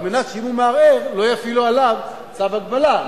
על מנת שאם הוא מערער לא יפעילו עליו צו הגבלה.